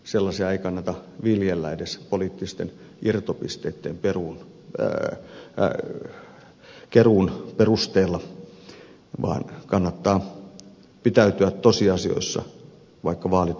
sellaisia ei kannata viljellä edes poliittisten irtopisteitten keruun perusteella vaan kannattaa pitäytyä tosiasioissa vaikka vaalit ovatkin lähellä